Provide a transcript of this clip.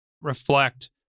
reflect